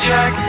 Jack